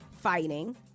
fighting